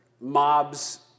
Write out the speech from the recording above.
mobs